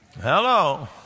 Hello